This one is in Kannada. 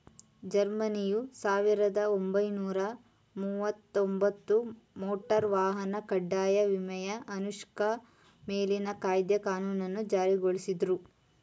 ಜರ್ಮನಿಯು ಸಾವಿರದ ಒಂಬೈನೂರ ಮುವತ್ತಒಂಬತ್ತು ಮೋಟಾರ್ ವಾಹನ ಕಡ್ಡಾಯ ವಿಮೆಯ ಅನುಷ್ಠಾ ಮೇಲಿನ ಕಾಯ್ದೆ ಕಾನೂನನ್ನ ಜಾರಿಗೊಳಿಸುದ್ರು